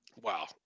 wow